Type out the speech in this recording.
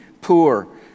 poor